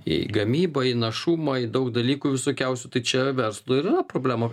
į gamybą į našumą į daug dalykų visokiausių tai čia verslui yra problema